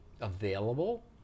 available